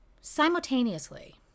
Simultaneously